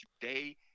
today